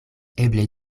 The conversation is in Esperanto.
eble